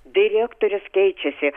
direktorius keičiasi